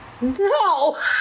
No